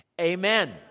Amen